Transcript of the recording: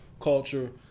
culture